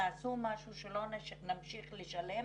תעשו משהו שלא נמשיך לשלם